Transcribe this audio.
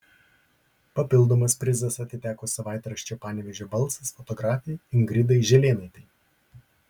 papildomas prizas atiteko savaitraščio panevėžio balsas fotografei ingridai žilėnaitei